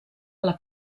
alla